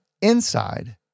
inside